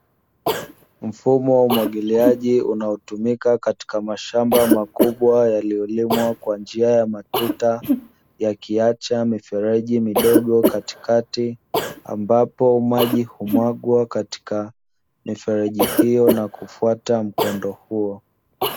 Mfumo wa umwagiliaji, unaotumika katika mashamba makubwa yaliyolimwa kwa njia ya matuta, yakiacha mifereji midogo katikati ambapo maji humwagwa katika mifereji hiyo na kufuata mkondo huo.